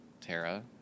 Tara